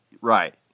right